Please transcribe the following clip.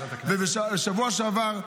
ובשבוע שעבר,